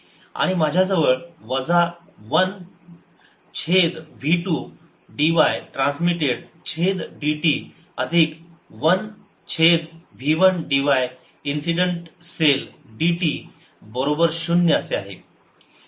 आणि माझ्याजवळ वजा 1 छेद v 2 dy ट्रान्समिटेड छेद dt अधिक 1 छेद v 1 dy incident cell dt बरोबर शून्य असे आहे